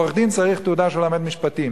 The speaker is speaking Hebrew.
עורך-דין צריך תעודה שהוא למד משפטים,